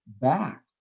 back